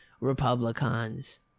Republicans